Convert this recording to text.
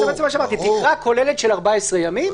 זה מה שאמרתי: תקרה כוללת של 14 ימים,